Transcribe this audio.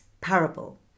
parable